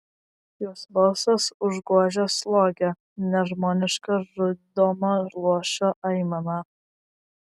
jos balsas užgožė slogią nežmonišką žudomo luošio aimaną